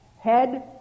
head